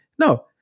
No